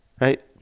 Right